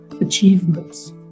achievements